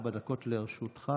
ארבע דקות לרשותך.